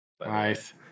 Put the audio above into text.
nice